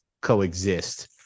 coexist